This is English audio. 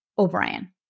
O'Brien